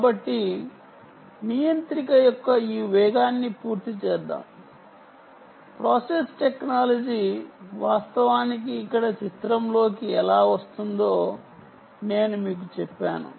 కాబట్టి నియంత్రిక యొక్క ఈ వేగాన్ని పూర్తి చేద్దాం ప్రాసెస్ టెక్నాలజీ వాస్తవానికి ఇక్కడ చిత్రంలోకి ఎలా వస్తుందో నేను మీకు చెప్పాను